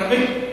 הרבה.